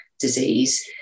disease